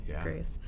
grace